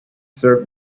serve